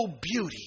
beauty